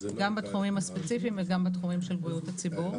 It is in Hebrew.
גם בתחומים הספציפיים וגם בתחומים של בריאות הציבור.